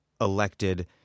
elected